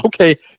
Okay